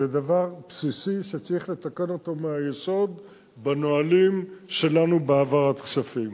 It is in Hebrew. זה דבר בסיסי שצריך לתקן אותו מהיסוד בנהלים שלנו בהעברת כספים.